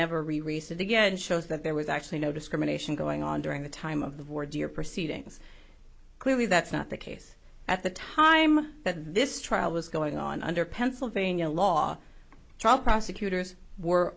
research again shows that there was actually no discrimination going on during the time of the border proceedings clearly that's not the case at the time that this trial was going on under pennsylvania law trial prosecutors were